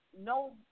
no